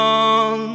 on